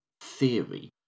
theory